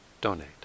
donate